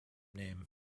name